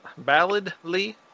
balladly